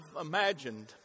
imagined